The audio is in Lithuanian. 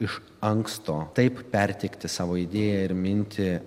iš anksto taip perteikti savo idėją ir mintį